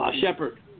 Shepard